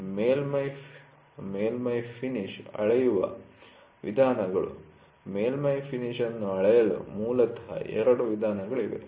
ಮೇಲ್ಮೈಮೇಲ್ಮೈ finish ಅಳೆಯುವ ವಿಧಾನಗಳು ಮೇಲ್ಮೈ ಫಿನಿಶ್ ಅನ್ನು ಅಳೆಯಲು ಮೂಲತಃ ಎರಡು ವಿಧಾನಗಳಿವೆ